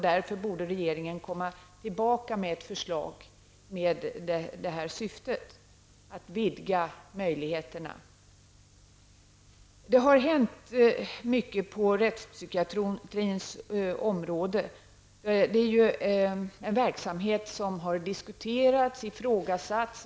Därför borde regeringen komma tillbaka med ett förslag med det här syftet, att vidga möjligheterna. Det har hänt mycket på rättspsykiatrins område. Det är ju en verksamhet som har diskuterats och ifrågasatts.